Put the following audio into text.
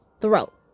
throat